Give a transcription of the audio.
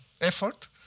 effort